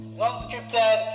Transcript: non-scripted